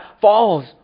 falls